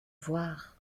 voir